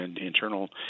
internal